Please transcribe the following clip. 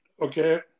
Okay